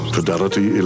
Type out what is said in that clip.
Fidelity